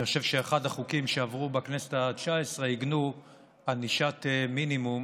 אני חושב שבאחד החוקים שעברו בכנסת התשע-עשרה עיגנו ענישת מינימום